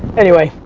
anyway,